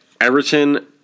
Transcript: Everton